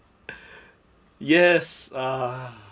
yes ah